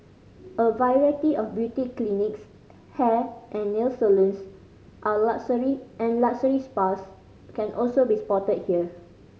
a variety of beauty clinics hair and nail salons and luxury and luxury spas can also be spotted here